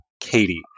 Katie